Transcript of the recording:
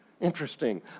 Interesting